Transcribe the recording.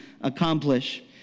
accomplish